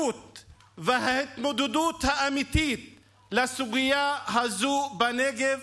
ההתמודדות האמיתית עם הסוגיה הזו בנגב